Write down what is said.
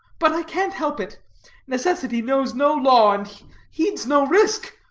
but i can't help it necessity knows no law, and heeds no risk.